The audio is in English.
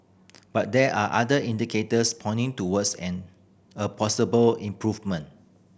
but there are other indicators pointing towards an a possible improvement